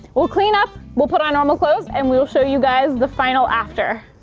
we'll clean up, we'll put on normal clothes and we'll show you guys the final after.